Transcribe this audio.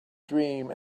dream